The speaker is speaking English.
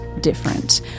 different